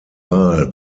wahl